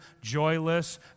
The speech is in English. joyless